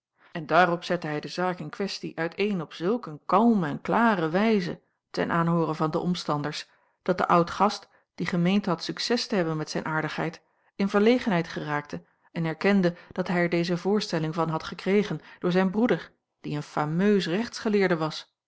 en daarop zette hij de zaak in kwestie uitéén op zulk eene kalme en klare wijze ten aanhoore van de omstanders dat de oud gast die gemeend had succes te hebben met zijne aardigheid in verlegenheid geraakte en erkende dat hij er deze voorstelling van had gekregen door zijn broeder die een fameus rechtsgeleerde was